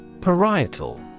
Parietal